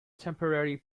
temporary